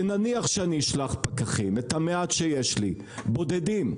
ונניח שאני אשלח פקחים, את המעט שיש לי, בודדים.